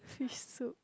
fish soup